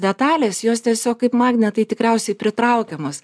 detalės jos tiesiog kaip magnetai tikriausiai pritraukiamos